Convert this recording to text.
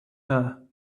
her